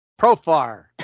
Profar